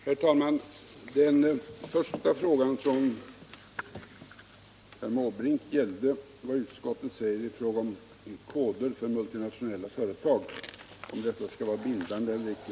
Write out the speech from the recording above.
Herr talman! Den första frågan från herr Måbrink gällde vad utskottet säger i fråga om koder för multinationella företag och om dessa skall vara bindande eller icke.